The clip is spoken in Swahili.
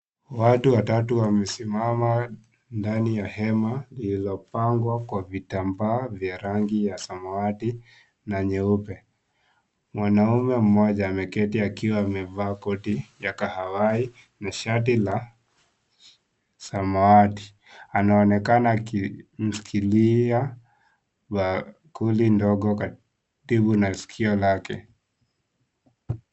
Watu watatu wamesimama ndani ya hema lililopangwa kwa vitambaa vya rangi ya samawati na nyeupe. Mwanaume mmoja ameketi akiwa amevaa koti ya kahawai na shati la samawati, anaonekana akimshikilia bakuli ndogo karibu na sikio lake.